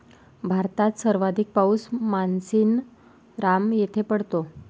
भारतात सर्वाधिक पाऊस मानसीनराम येथे पडतो